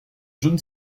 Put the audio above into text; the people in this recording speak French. jaunes